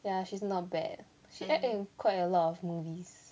ya she's not bad she act in quite a lot of movies